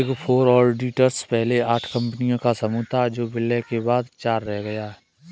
big four auditors पहले आठ कंपनियों का समूह था जो विलय के बाद चार रह गया